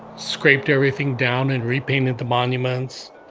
scraped everything down and repainted the monuments.